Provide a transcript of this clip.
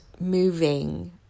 moving